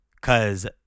cause